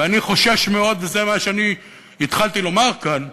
ואני חושש מאוד, וזה מה שהתחלתי לומר כאן,